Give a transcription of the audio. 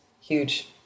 Huge